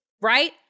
right